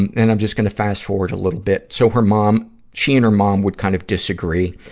and and i'm just gonna fast-forward a little bit. so her mom, she and her mom would kind of disagree.